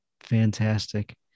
Fantastic